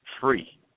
free